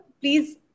Please